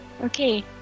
Okay